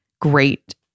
great